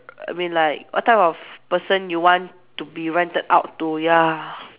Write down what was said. I mean like what type of person you want to be rented out to ya